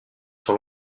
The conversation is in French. sur